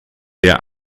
der